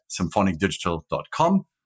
symphonicdigital.com